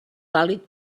vàlid